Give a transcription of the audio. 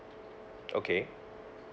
okay